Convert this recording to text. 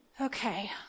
Okay